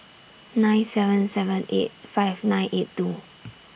nine seven seven eight five nine eight two